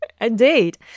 indeed